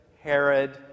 Herod